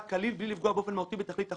כליל בלי לפגוע באופן מהותי בתכלית החוק.